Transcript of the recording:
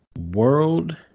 World